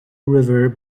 river